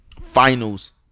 finals